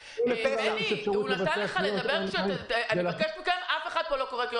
לא, אמרנו וביקשנו מכל אחד לאמץ את המצב